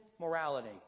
morality